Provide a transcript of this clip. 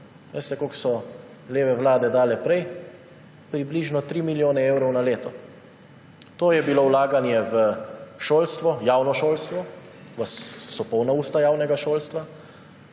Veste, koliko so leve vlade dale prej? Približno 3 milijone evrov na leto. To je bilo vlaganje v javno šolstvo, vas so polna usta javnega šolstva,